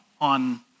on